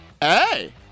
Hey